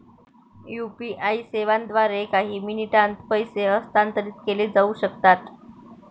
UPI सेवांद्वारे काही मिनिटांत पैसे हस्तांतरित केले जाऊ शकतात